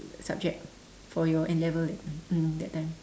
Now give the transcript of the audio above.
subject for your N-level that time mm that time